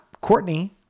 Courtney